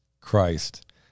Christ